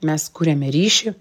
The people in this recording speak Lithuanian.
mes kuriame ryšį